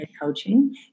coaching